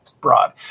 broad